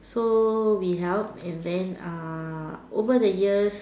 so we help and then uh over the years